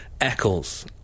Eccles